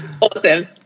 Awesome